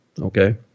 Okay